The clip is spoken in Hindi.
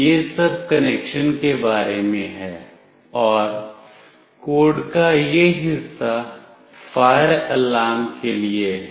यह सब कनेक्शन के बारे में है और कोड का यह हिस्सा फायर अलार्म के लिए है